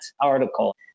article